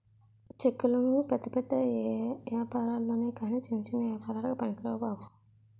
చెక్కులు పెద్ద పెద్ద ఏపారాల్లొనె కాని చిన్న చిన్న ఏపారాలకి పనికిరావు బాబు